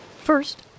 First